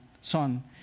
son